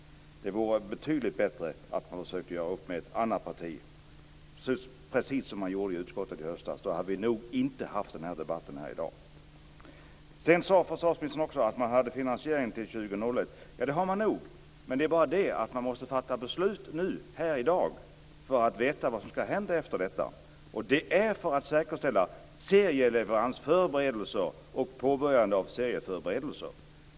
Det vore betydligt bättre att försöka göra upp med ett annat parti. Då hade vi inte haft denna debatt i dag. Försvarsministern sade att det finns en finansiering fram till 2001. Men vi måste fatta beslut i dag för att veta vad som skall hända sedan. Det är för att säkerställa förberedelser av serieleveranser.